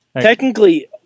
Technically